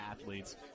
athletes